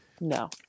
No